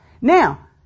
Now